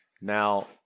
Now